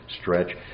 stretch